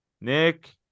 nick